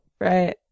Right